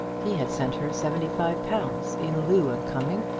he had sent her seventy-five pounds in lieu of coming,